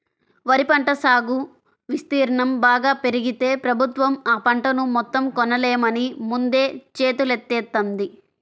వరి పంట సాగు విస్తీర్ణం బాగా పెరిగితే ప్రభుత్వం ఆ పంటను మొత్తం కొనలేమని ముందే చేతులెత్తేత్తంది